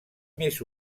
més